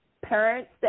parents